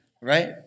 Right